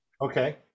okay